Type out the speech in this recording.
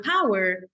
power